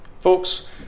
Folks